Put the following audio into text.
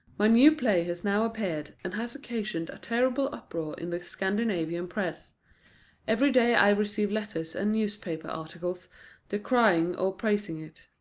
my new play has now appeared, and has occasioned a terrible uproar in the scandinavian press every day i receive letters and newspaper articles decrying or praising it.